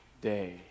day